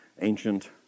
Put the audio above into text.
ancient